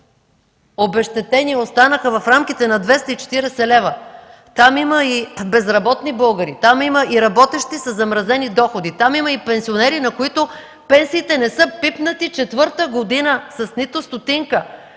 обезщетения останаха в рамките на 240 лв. Там има и безработни българи, има и работещи със замразени доходи, там има и пенсионери, на които пенсиите четвърта година не са пипнати с нито стотинка,